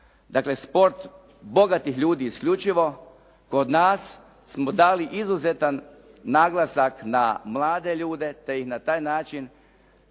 dakle sport bogatih ljudi isključivo. Kod nas smo dali izuzetan naglasak na mlade ljude te i na taj način